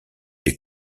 les